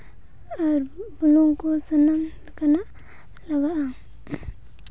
ᱟᱨ ᱵᱩᱞᱩᱝ ᱠᱚ ᱥᱟᱱᱟᱢ ᱞᱮᱠᱟᱱᱟᱜ ᱞᱟᱜᱟᱜᱼᱟ